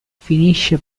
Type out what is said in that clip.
finisce